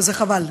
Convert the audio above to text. וזה חבל,